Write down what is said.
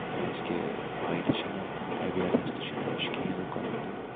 کیازِ کہِ پاے تہِ چھےٚ نہٕ لُکن ایٚویرنیٚس تہِ چھےٚ نہٕ امِچ کِہیٖنۍ لُکن تہٕ